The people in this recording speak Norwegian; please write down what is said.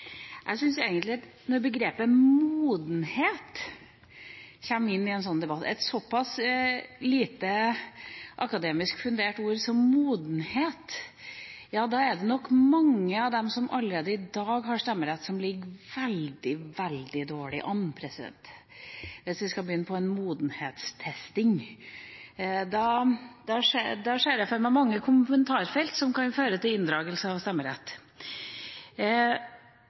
Når begrepet «modenhet» kommer inn i en sånn debatt – et såpass lite akademisk fundert ord som «modenhet» – er det nok mange av dem som allerede i dag har stemmerett, som ligger veldig, veldig dårlig an hvis vi skal begynne med modenhetstesting. Da ser jeg for meg mange kommentarer i kommentarfelt som kan føre til inndragelse av stemmerett.